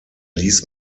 ließ